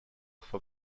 for